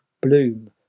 Bloom